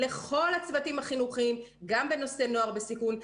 לכל הצוותים החינוכיים בנושא נוער בסיכון.